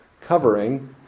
covering